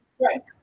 Right